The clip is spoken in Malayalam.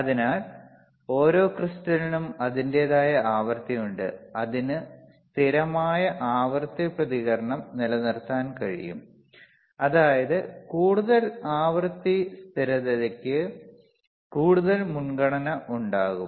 അതിനാൽ ഓരോ ക്രിസ്റ്റലിനും അതിന്റേതായ ആവൃത്തി ഉണ്ട് അതിന് സ്ഥിരമായ ആവൃത്തി പ്രതികരണം നിലനിർത്താൻ കഴിയും അതായത് കൂടുതൽ ആവൃത്തി സ്ഥിരതയ്ക്ക് കൂടുതൽ മുൻഗണന ഉണ്ടാവും